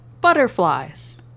Butterflies